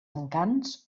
encants